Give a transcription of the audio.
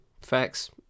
Facts